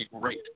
great